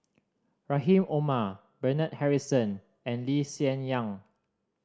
Rahim Omar Bernard Harrison and Lee Hsien Yang